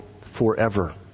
forever